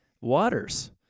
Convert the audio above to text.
waters